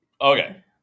okay